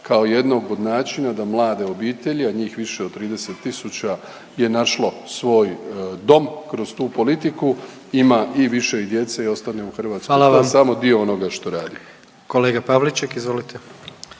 kao jednog od načina da mlade obitelji, a njih više od 30000 je našlo svoj dom kroz tu politiku, ima i više djece ostane u Hrvatskoj … …/Upadica predsjednik: Hvala vam./… … to je samo dio onoga što radimo. **Jandroković,